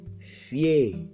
fear